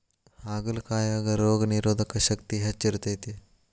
ಹಾಗಲಕಾಯಾಗ ರೋಗನಿರೋಧಕ ಶಕ್ತಿ ಹೆಚ್ಚ ಇರ್ತೈತಿ